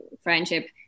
friendship